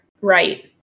right